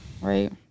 right